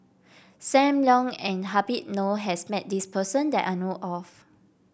Sam Leong and Habib Noh has met this person that I know of